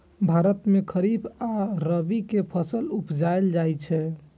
भारत मे खरीफ आ रबी के फसल उपजाएल जाइ छै